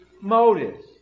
motives